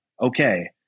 Okay